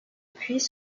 puits